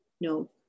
no